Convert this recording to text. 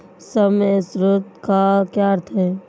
सम assured का क्या अर्थ है?